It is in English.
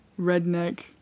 redneck